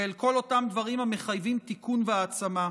ואל כל אותם דברים המחייבים תיקון והעצמה.